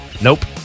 Nope